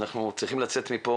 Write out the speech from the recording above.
אנחנו צריכים לצאת מפה